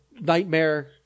nightmare